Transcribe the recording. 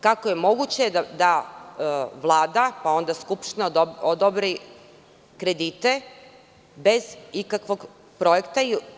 Kako je moguće da Vlada, pa onda Skupština odobre kredite bez ikakvog projekta?